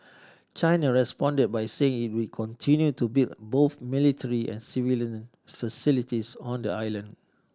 China responded by saying it would continue to build both military and civilian facilities on the island